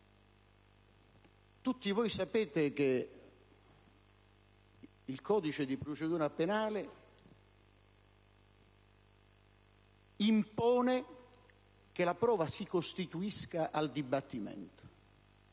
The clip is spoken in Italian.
Tutti voi sapete che il codice di procedura penale impone che la prova si costituisca al dibattimento.